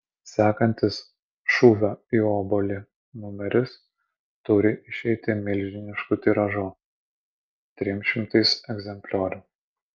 sekantis šūvio į obuolį numeris turi išeiti milžinišku tiražu trim šimtais egzempliorių